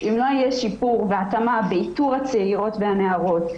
אם לא יהיה שיפור והתאמה באיתור הצעירות והנערות,